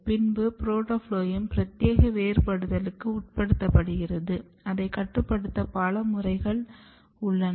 பின்பு புரோட்டோஃபுளோயம் பிரத்யேக வேறுபடுதலுக்கு உட்ப்படுத்தப்படுகிறது அதை கட்டுப்படுத்த பல முறைகள் உள்ளது